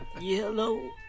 yellow